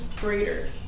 greater